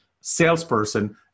salesperson